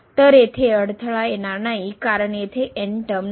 तर येथे अडथळा येणार नाही कारण येथे टर्म नाही